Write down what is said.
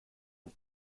ein